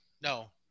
No